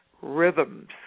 rhythms